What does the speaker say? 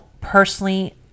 personally